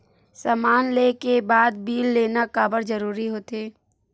समान ले के बाद बिल लेना काबर जरूरी होथे?